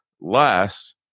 less